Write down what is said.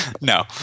no